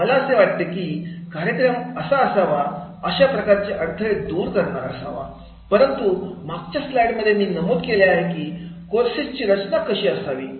मला असे वाटते की कार्यक्रम असा असावा अशा प्रकारचे अडथळे दूर करणारा असावा परंतु मागच्या स्लाईडमध्ये मी नमूद केले आहे की कोर्सची रचना कशी असावी